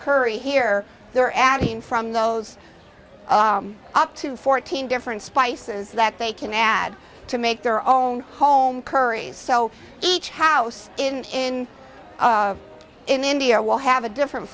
curry here they're adding from those up to fourteen different spices that they can add to make their own home curries so each house in india will have a different